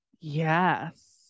Yes